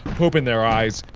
poop in their eyes.